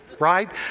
right